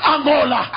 Angola